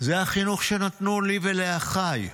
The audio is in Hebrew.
זה החינוך שנתנו לי ולאחיי.